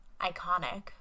iconic